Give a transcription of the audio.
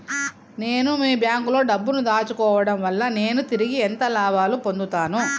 నేను మీ బ్యాంకులో డబ్బు ను దాచుకోవటం వల్ల నేను తిరిగి ఎంత లాభాలు పొందుతాను?